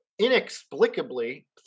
inexplicably